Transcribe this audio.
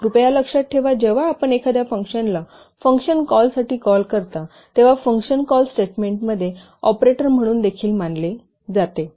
कृपया लक्षात ठेवा जेव्हा आपण एखाद्या फंक्शनला फंक्शन कॉलसाठी कॉल करता तेव्हा फंक्शन कॉल स्टेटमेंटमध्ये ऑपरेटर म्हणून देखील मानले जाते